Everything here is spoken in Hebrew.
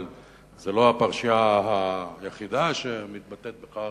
אבל זאת לא הפרשייה היחידה שמתבטאת בכך,